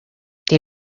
did